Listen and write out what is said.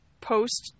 post